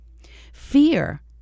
Fear